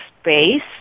space